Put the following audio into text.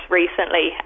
recently